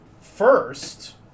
first